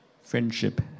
friendship